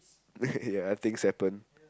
ya things happen